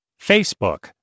Facebook